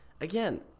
again